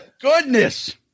Goodness